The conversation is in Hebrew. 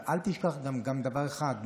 אבל אל תשכח גם דבר אחד,